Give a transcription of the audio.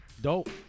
Dope